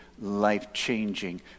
life-changing